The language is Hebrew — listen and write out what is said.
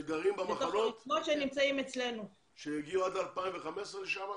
שגרים במחנות ושהגיעו עד 2015 לשם?